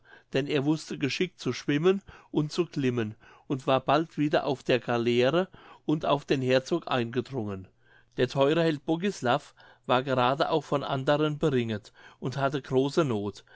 denn er wußte geschickt zu schwimmen und zu klimmen und war bald wieder auf der galeere und auf den herzog eingedrungen der theure held bogislav war gerade auch von anderen beringet und hatte große noth